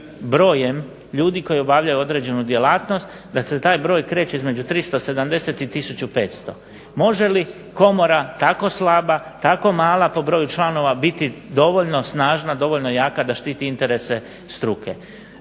brojem ljudi koji obavljaju određenu djelatnost, da se taj broj kreće između 370 i 1500. Može li komora tako slaba, tako mala po broju članova biti dovoljno snažna, dovoljno jaka da štiti interese struke.